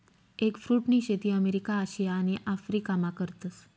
एगफ्रुटनी शेती America, Asia आणि आफरीकामा करतस